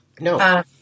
No